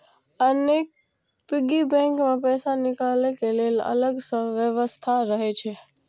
अनेक piggy bank मे पैसा निकालै के लेल अलग सं व्यवस्था रहै छै